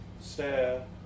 stare